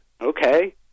okay